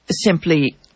simply